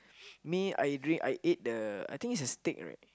me I drink I ate the I think it's a steak right